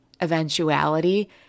eventuality